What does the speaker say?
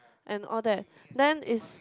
and all that then is